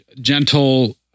Gentle